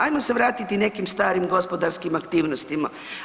Ajmo se vratiti nekim starim gospodarskim aktivnostima.